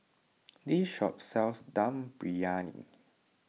this shop sells Dum Briyani